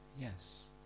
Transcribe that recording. yes